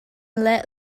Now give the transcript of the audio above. let